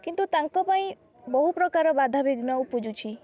କିନ୍ତୁ ତାଙ୍କ ପାଇଁ ବହୁ ପ୍ରକାର ବାଧା ବିଘ୍ନ ଉପୁଜୁଛି